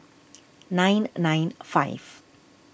nine nine five